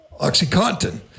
OxyContin